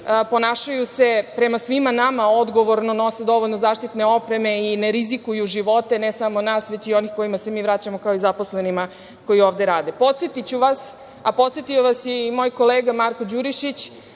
ponašaju se prema svima nama odgovorno, nose dovoljno zaštitne opreme i ne rizikuju živote ne samo nas, već i onih kojima se mi vraćamo, kao i zaposlenima koji ovde rade. Podsetiću vas, a podsetio vas je i moj kolega Marko Đurišić,